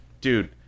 dude